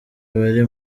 bari